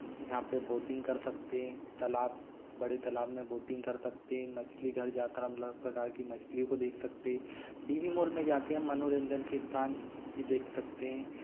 यहाँ पर बोटिंग कर सकते हैं तालाब बड़े तालाब में बोटिंग कर सकते मछली घर जा कर हम अलग प्रकार की मछलीयों को देख सकते डी बी मोल में जा कर हम मनोरंजन के स्थान भी देख सकते हैं